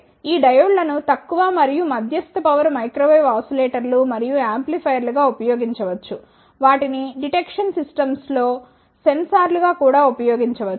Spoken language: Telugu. ఈ డయోడ్లను తక్కువ మరియు మధ్యస్థ పవర్ మైక్రోవేవ్ ఓసిలేటర్లు మరియు యాంప్లిఫైయర్లుగా ఉపయోగించవచ్చు వాటిని డిటెక్షన్ సిస్టమ్స్లో సెన్సార్లుగా కూడా ఉపయోగించవచ్చు